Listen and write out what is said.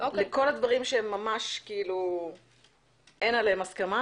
לכל הדברים שאין עליהם הסכמה